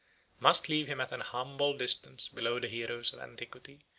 must leave him at an humble distance below the heroes of antiquity,